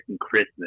christmas